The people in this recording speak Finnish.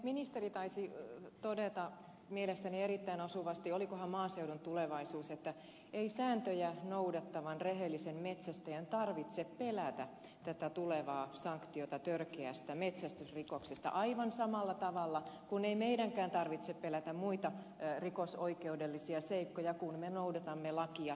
ministeri taisi todeta mielestäni erittäin osuvasti olikohan maaseudun tulevaisuus että ei sääntöjä noudattavan rehellisen metsästäjän tarvitse pelätä tätä tulevaa sanktiota törkeästä metsästysrikoksesta aivan samalla tavalla kuin ei meidänkään tarvitse pelätä muita rikosoikeudellisia seikkoja kun me noudatamme lakia